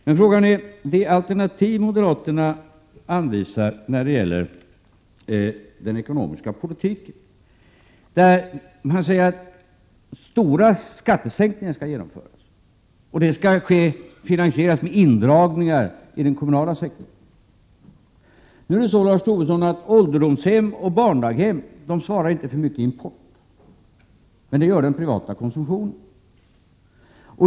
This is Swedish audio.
Men frågan är vad som blir följden av det alternativ som moderaterna anvisar när det gäller den ekonomiska politiken. Lars Tobisson säger att stora skattesänkningar skall genomföras. Detta skall finansieras med indragningar inom den kommunala sektorn. Ålderdomshem och barndaghem svarar emellertid inte för mycket import, Lars Tobisson. Men det gör den privata konsumtionen.